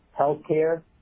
healthcare